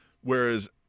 Whereas